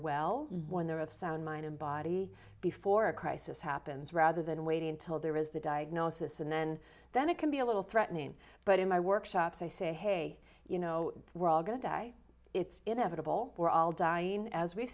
well when they're of sound mind and body before a crisis happens rather than waiting until there is the diagnosis and then then it can be a little threatening but in my workshops i say hey you know we're all going to die it's inevitable we're all dying as we